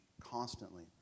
constantly